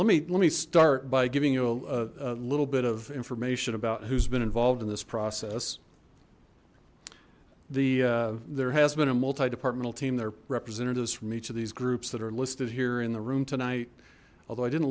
let me let me start by giving you a little bit of information about who's been involved in this process the there has been a multi departmental team there representatives from each of these groups that are stood here in the room tonight although i didn't